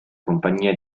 compagnia